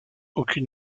aucun